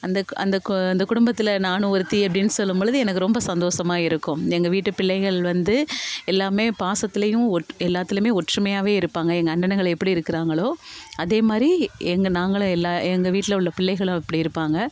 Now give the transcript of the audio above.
அந்த அந்த அந்த குடும்பத்தில் நானும் ஒருத்தி அப்படின்னு சொல்லும் பொழுது எனக்கு ரொம்ப சந்தோஷமா இருக்கும் எங்கள் வீட்டுப் பிள்ளைகள் வந்து எல்லாம் பாசத்துலேயும் எல்லாத்துலேயுமே ஒற்றுமையாகவே இருப்பாங்க எங்கள் அண்ணனுங்க எப்படி இருக்கிறாங்களோ அதே மாதிரி எங்கள் நாங்களும் எல்லாம் எங்கள் வீட்டில் உள்ள பிள்ளைகளும் அப்படி இருப்பாங்க